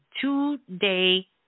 two-day